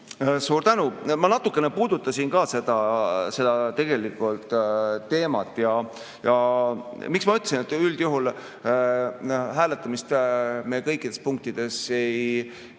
Suur tänu! Ma natukene puudutasin ka seda teemat. Miks ma ütlesin, et üldjuhul hääletamist me kõikides punktides ei